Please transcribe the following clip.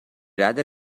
rather